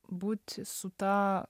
būt su ta